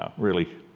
ah really.